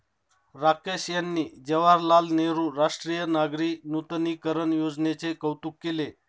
राकेश यांनी जवाहरलाल नेहरू राष्ट्रीय नागरी नूतनीकरण योजनेचे कौतुक केले